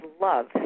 love